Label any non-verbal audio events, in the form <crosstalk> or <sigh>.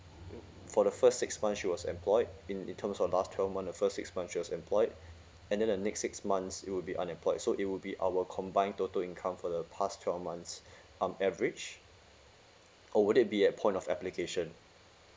<noise> for the first six month she was employed in in terms of the last twelve month the first six month she was employed and then the next six months it would be unemployed so it will be our combine total income for the past twelve months <breath> um average or would it be at point of application